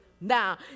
Now